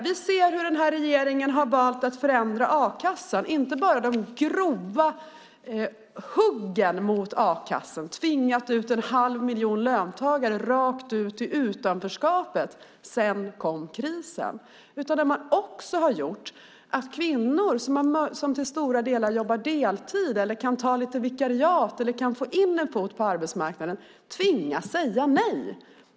Vi ser hur regeringen valt att förändra a-kassan. Det gäller inte bara de grova huggen mot a-kassan utan man har även tvingat en halv miljon löntagare rakt in i utanförskap. Sedan kom krisen. Det som dessutom hänt är att kvinnor, som till stora delar jobbar deltid eller kan ta en del vikariat för att få in en fot på arbetsmarknaden, nu tvingas säga nej.